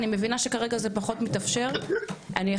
אני מבינה שכרגע זה פחות מתאפשר,